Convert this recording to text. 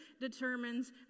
determines